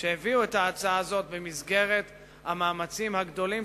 שהביאו את ההצעה הזאת במסגרת המאמצים הגדולים